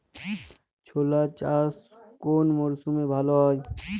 ছোলা চাষ কোন মরশুমে ভালো হয়?